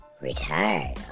retired